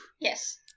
Yes